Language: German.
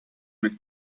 mit